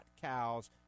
cows